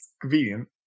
convenient